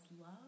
love